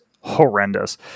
horrendous